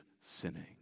sinning